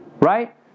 Right